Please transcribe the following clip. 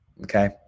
Okay